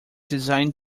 design